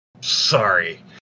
Sorry